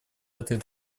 этой